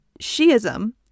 Shi'ism